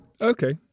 Okay